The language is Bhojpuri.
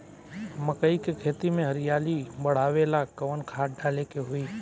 मकई के खेती में हरियाली बढ़ावेला कवन खाद डाले के होई?